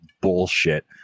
bullshit